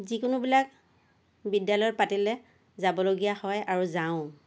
যিকোনোবিলাক বিদ্যালয়ত পাতিলে যাবলগীয়া হয় আৰু যাওঁও